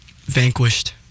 vanquished